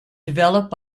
developed